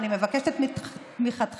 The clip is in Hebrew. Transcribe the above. אני מבקשת את תמיכתכם,